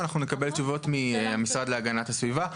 נבקש תשובות מהמשרד להגנת הסביבה.